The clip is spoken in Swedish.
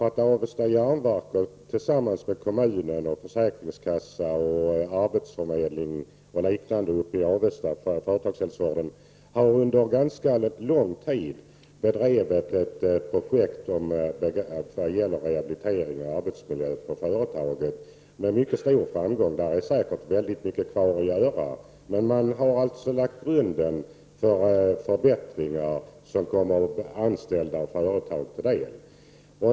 Avesta järnverk har tillsammans med kommunen, försäkringskassan och arbetsförmedlingen i Avesta under ganska lång tid bedrivit ett projekt inom företagshälsovården för rehabilitering och bättre arbetsmiljö på företaget med mycket stor framgång. Det finns säkert väldigt mycket kvar att göra. Men man har lagt grunden för förbättringar som kommer de anställda i företaget till del.